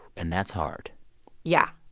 and that's hard yeah.